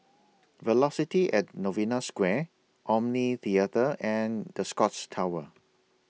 Velocity At Novena Square Omni Theatre and The Scotts Tower